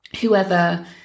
whoever